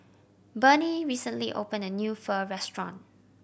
Bernie recently opened a new Pho restaurant